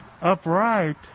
upright